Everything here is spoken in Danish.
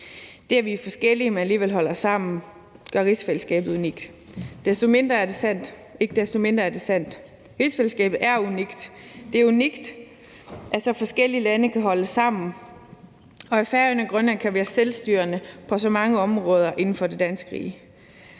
det, at vi er forskellige, men alligevel holder sammen, gør rigsfællesskabet unikt. Ikke desto mindre er det sandt. Rigsfællesskabet er unikt. Det er unikt, at så forskellige lande kan holde sammen, og at Færøerne og Grønland kan være selvstyrende på så mange områder inden for kongeriget.